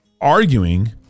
arguing